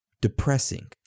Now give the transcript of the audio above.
Depressing